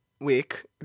week